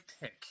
pick